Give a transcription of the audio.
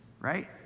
Right